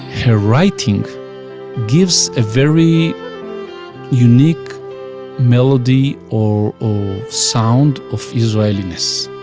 her writing gives a very unique melody, or sound, of israeliness.